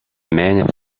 mähne